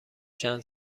چند